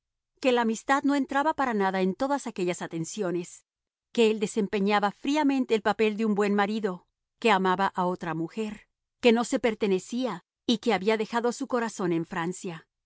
que la amistad no entraba para nada en todas aquellas atenciones que él desempeñaba fríamente el papel de buen marido que amaba a otra mujer que no se pertenecía y que había dejado su corazón en francia